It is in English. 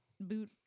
boot